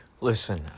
Listen